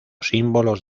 símbolos